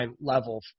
level